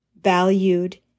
valued